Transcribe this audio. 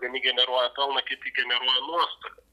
vieni generuoja pelną kiti generuoja nuostolį